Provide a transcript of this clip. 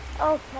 Okay